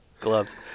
gloves